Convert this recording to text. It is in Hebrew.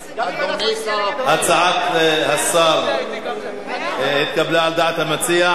הצעת השר התקבלה על דעת המציע.